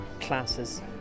classes